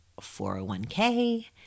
401k